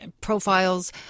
profiles